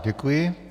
Děkuji.